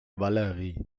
valerie